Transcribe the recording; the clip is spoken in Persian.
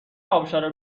ابشار